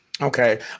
Okay